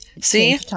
See